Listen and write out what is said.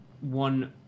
one